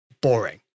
boring